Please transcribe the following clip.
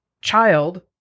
child